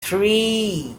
three